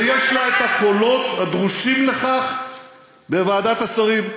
ויש לה הקולות הדרושים לכך בוועדת השרים.